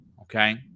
okay